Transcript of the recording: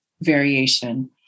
variation